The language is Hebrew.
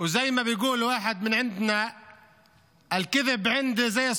(אומר בערבית:( (אומר דברים בשפה הערבית,